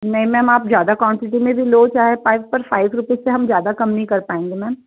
नहीं मैम आप ज़्यादा क्वांटीटी में भी लो चाहे फाइव पर फाइव रुपीज़ से हम ज़्यादा कम नहीं कर पाएँगे मैम